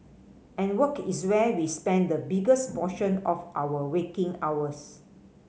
and work is where we spend the biggest portion of our waking hours